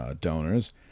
donors